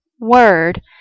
Word